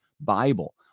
Bible